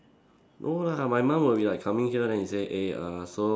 no lah my mum would be like coming here then he say eh uh so